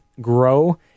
grow